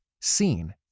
seen